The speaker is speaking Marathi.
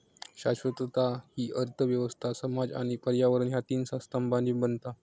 शाश्वतता हि अर्थ व्यवस्था, समाज आणि पर्यावरण ह्या तीन स्तंभांनी बनता